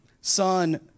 Son